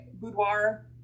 boudoir